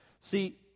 See